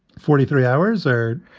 forty three hours or.